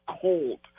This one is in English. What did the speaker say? cold